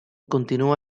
continua